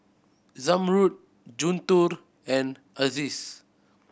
Zamrud Guntur and Aziz